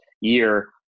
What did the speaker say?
year